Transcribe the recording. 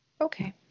Okay